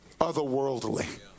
otherworldly